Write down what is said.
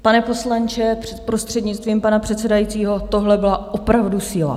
Pane poslanče, prostřednictvím pana předsedajícího, tohle byla opravdu síla!